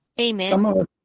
Amen